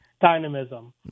dynamism